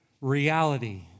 reality